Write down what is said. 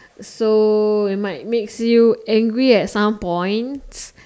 so it might makes you angry at some points